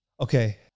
Okay